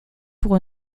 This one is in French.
pour